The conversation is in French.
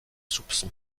soupçons